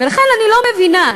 ולכן אני לא מבינה,